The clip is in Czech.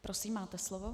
Prosím, máte slovo.